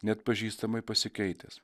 neatpažįstamai pasikeitęs